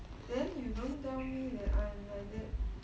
then you don't tell me that I am like that